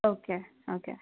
okay okay